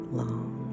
long